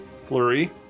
flurry